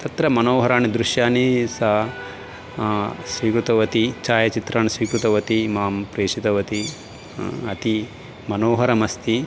तत्र मनोहराणि दृश्यानि सा स्वीकृतवती छायाचित्राणि स्वीकृतवती मां प्रेषितवती अति मनोहरमस्ति